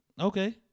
Okay